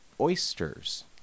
oysters